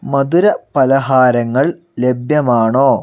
മധുര പലഹാരങ്ങൾ ലഭ്യമാണോ